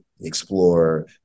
explore